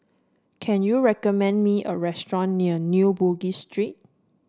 can you recommend me a restaurant near New Bugis Street